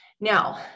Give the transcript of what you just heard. Now